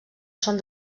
són